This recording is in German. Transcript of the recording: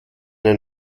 ein